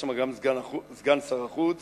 היה שם גם סגן שר החוץ,